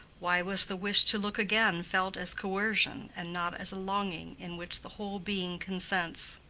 why was the wish to look again felt as coercion and not as a longing in which the whole being consents?